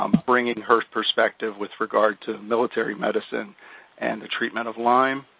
um bringing her perspective with regard to military medicine and the treatment of lyme.